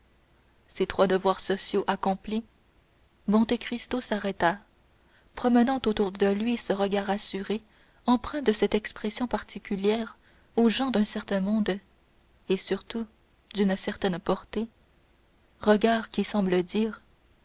ces trois devoirs sociaux accomplis monte cristo s'arrêta promenant autour de lui ce regard assuré empreint de cette expression particulière aux gens d'un certain monde et surtout d'une certaine portée regard qui semble dire